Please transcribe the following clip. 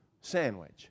sandwich